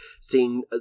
Seeing